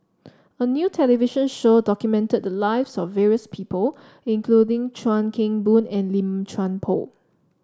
a new television show documented the lives of various people including Chuan Keng Boon and Lim Chuan Poh